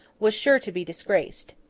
was sure to be disgraced.